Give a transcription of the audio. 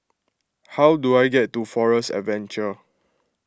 how do I get to Forest Adventure